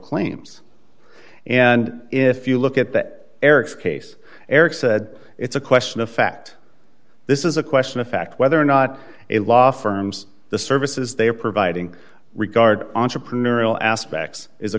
claims and if you look at that eric's case eric said it's a question of fact this is a question of fact whether or not a law firms the services they are providing regard entrepreneurial aspects is a